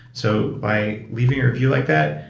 so by leaving a review like that,